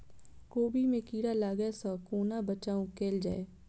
कोबी मे कीड़ा लागै सअ कोना बचाऊ कैल जाएँ?